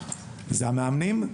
זה המאמנים,